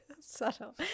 Subtle